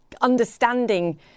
understanding